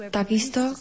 takisto